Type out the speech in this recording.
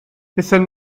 wnaethon